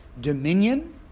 dominion